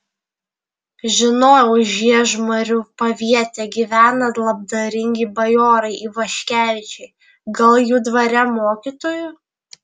žinojau žiežmarių paviete gyvena labdaringi bajorai ivaškevičiai gal jų dvare mokytoju